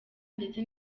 ndetse